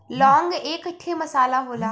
लौंग एक ठे मसाला होला